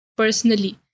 personally